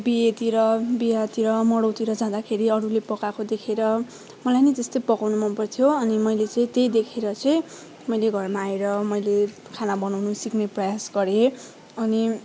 बिहेतिर बिहातिर मरौतिर जादाखेरि अरूले पकाएको देखेर मलाई नि त्यस्तै पकाउनु मनपर्थ्यो अनि मैले चाहिँ त्यही देखेर चाहिँ मैले घरमा आएर खाना बनाउनु सिक्ने प्रयास गरेँ अनि